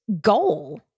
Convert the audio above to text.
goal